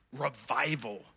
revival